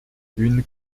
une